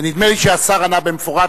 ונדמה לי שהשר ענה במפורט,